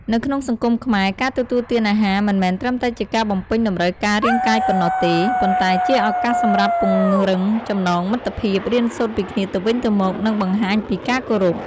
នៅក្នុងសង្គមខ្មែរ ការទទួលទានអាហារមិនមែនត្រឹមតែជាការបំពេញតម្រូវការរាងកាយប៉ុណ្ណោះទេ ប៉ុន្តែជាឱកាសសម្រាប់ពង្រឹងចំណងមិត្តភាព រៀនសូត្រពីគ្នាទៅវិញទៅមក និងបង្ហាញពីការគោរព។